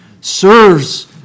serves